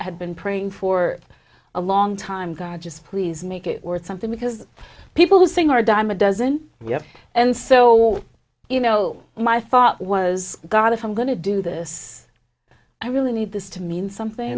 have been praying for a long time god just please make it worth something because people who sing are a dime a dozen we have and so you know my thought was god if i'm going to do this i really need this to mean something